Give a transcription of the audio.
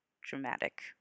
dramatic